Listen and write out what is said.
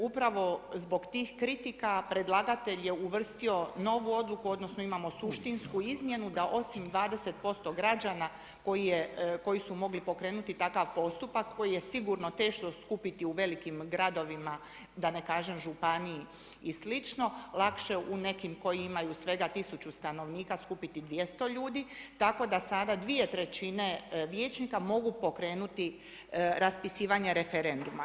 Upravo zbog tih kritika predlagatelj je uvrstio novu odluku odnosno imamo suštinsku izmjenu da osim 20% građana koji su mogli pokrenuti takav postupak koji je sigurno teško skupiti u velikim gradovima, da ne kažem županiji i slično lakše u nekim koji imaju svega tisuću stanovnika skupiti 200 ljudi, tako da sada dvije trećine vijećnika mogu pokrenuti raspisivanje referenduma.